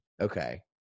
Okay